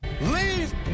leave